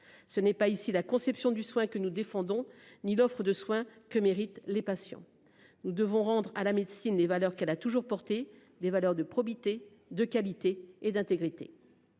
Ce n'est pas ici la conception du soin que nous défendons ni l'offre de soins que méritent les patients. Nous devons rendre à la médecine des valeurs qu'elle a toujours porté des valeurs de probité de qualité et d'intégrité.